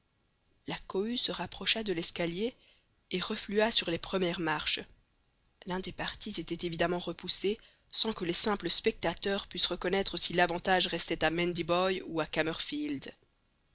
la cohue se rapprocha de l'escalier et reflua sur les premières marches l'un des partis était évidemment repoussé sans que les simples spectateurs pussent reconnaître si l'avantage restait à mandiboy ou à